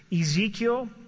Ezekiel